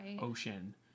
ocean